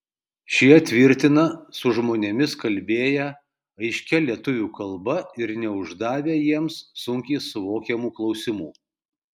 šie tvirtina su žmonėmis kalbėję aiškia lietuvių kalba ir neuždavę jiems sunkiai suvokiamų klausimų